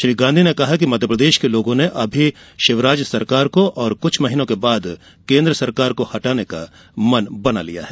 श्री गांधी ने कहा कि मध्यप्रदेश के लोगों ने अभी शिवराज सरकार को और कुछ महीनों के बाद केन्द्र सरकार को हटाने का मन बना लिया है